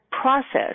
process